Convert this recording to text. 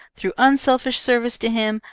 through unselfish service to him,